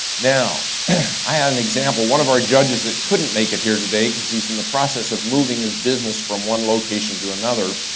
now i had an example, one of our judges that couldn't make it here today cause he's in the process of moving his business from one location to another